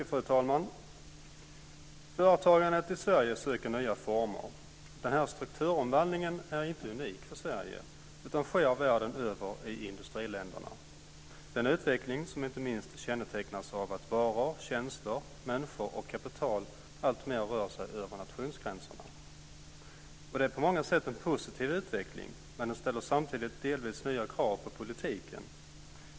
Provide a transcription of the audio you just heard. Fru talman! Företagandet i Sverige söker nya former. Strukturomvandlingen är inte unik för Sverige utan sker världen över i industriländerna. Det är en utveckling som inte minst kännetecknas av att varor, tjänster, människor och kapital alltmer rör sig över nationsgränserna. Det är på många sätt en positiv utveckling, men den ställer samtidigt delvis nya krav på politiken.